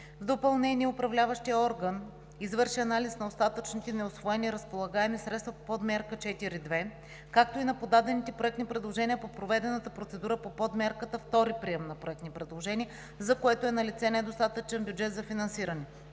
допълнение, Управляващият орган извърши анализ на остатъчните неусвоени разполагаеми средства по Подмярка 4.2, както и на подадените проектни предложения по проведената процедура по Подмярката втори прием на проектни предложения, за което е налице недостатъчен бюджет за финансиране.